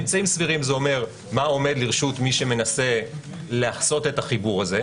"באמצעים סבירים" זה אומר מה עומד לרשות מי שמנסה לעשות את החיבור הזה.